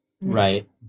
Right